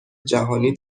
جهانی